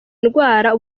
indwara